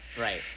Right